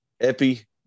Epi